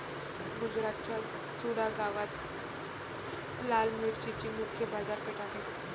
गुजरातच्या चुडा गावात लाल मिरचीची मुख्य बाजारपेठ आहे